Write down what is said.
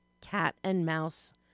cat-and-mouse